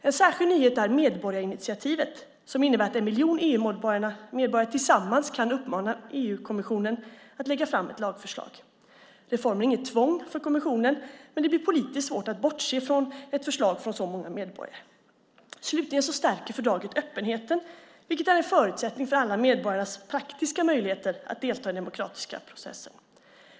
En särskild nyhet är medborgarinitiativet, som innebär att en miljon EU-medborgare tillsammans kan uppmana EU-kommissionen att lägga fram ett lagförslag. Reformen lägger inget tvång på EU-kommissionen, men det blir politiskt svårt att bortse från ett förslag från så många medborgare. Slutligen stärker fördraget öppenheten, vilket är en förutsättning för alla medborgares faktiska möjlighet att delta i den demokratiska processen.